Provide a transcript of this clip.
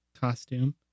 costume